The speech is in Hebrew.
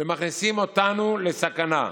ומכניסים אותנו לסכנה.